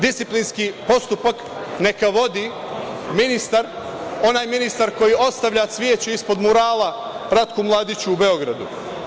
Disciplinski postupak neka vodi ministar, onaj ministar koji ostavlja sveću ispod murala Ratku Mladiću u Beogradu.